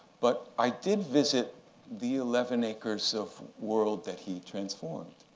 but i did visit the eleven acres of world that he transformed.